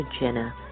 Jenna